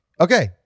okay